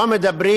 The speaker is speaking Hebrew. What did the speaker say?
לא מדברים,